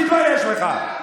תתבייש לך.